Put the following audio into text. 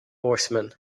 horsemen